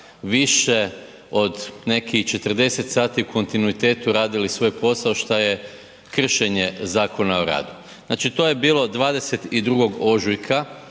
više od nekih 40 sati u kontinuitetu radili svoj posao šta je kršenje Zakona o radu. Znači, to je bilo 22. ožujka